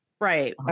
right